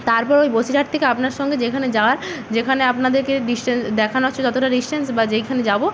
তারপর ওই বসিরহাট থেকে আপনার সঙ্গে যেখানে যাওয়ার যেখানে আপনাদেরকে ডিসটেন্স দেখানো হচ্ছে যতটা ডিসটেন্স বা যেখানে যাব